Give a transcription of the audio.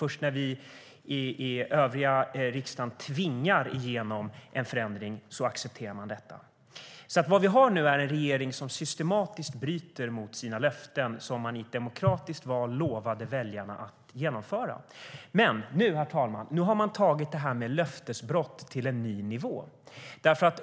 Först när vi i övriga riksdagen tvingar igenom en förändring accepterar man detta. Vad vi nu har är en regering som systematiskt bryter mot sina löften, som man inför ett demokratiskt val lovade väljarna att genomföra. Men nu, herr talman, har man tagit det här med löftesbrott till en ny nivå.